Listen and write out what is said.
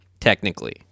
technically